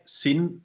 sin